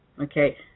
Okay